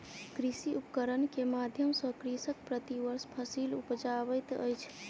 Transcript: कृषि उपकरण के माध्यम सॅ कृषक प्रति वर्ष फसिल उपजाबैत अछि